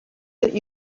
that